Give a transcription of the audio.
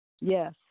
Yes